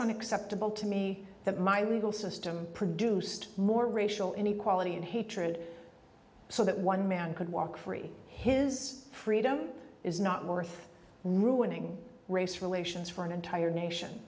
unacceptable to me that my legal system produced more racial inequality and hatred so that one man could walk free his freedom is not worth ruining race relations for an entire nation